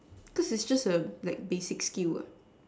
cause is just a like basic skill ah